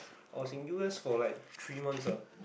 I was in U_S for like three months ah